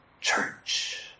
church